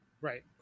Right